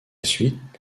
suite